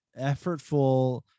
effortful